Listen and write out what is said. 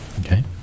Okay